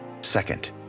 Second